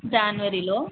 జనవరిలో